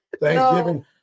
thanksgiving